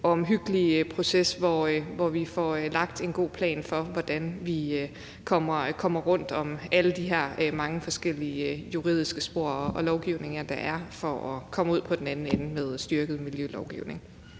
og omhyggelige proces, hvor vi får lagt en god plan for, hvordan vi kommer rundt om alle de her mange forskellige juridiske spor og al den lovgivning, der er, for at komme ud på den anden side med en styrket miljølovgivning.